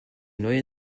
neue